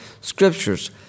scriptures